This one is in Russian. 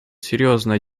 серьезно